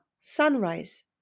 sunrise